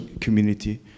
community